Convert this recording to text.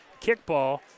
Kickball